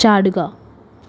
ചാടുക